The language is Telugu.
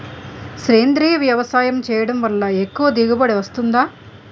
సేంద్రీయ వ్యవసాయం చేయడం వల్ల ఎక్కువ దిగుబడి వస్తుందా?